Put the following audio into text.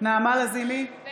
נעמה לזימי,